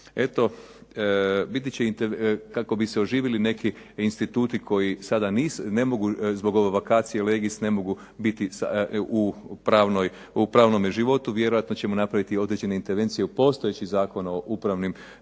sudu. Kako bi se oživili neki instituti koji ne mogu ... biti u pravnom životu, vjerojatno ćemo napraviti određene intervencije u postojećem Zakonu o upravnim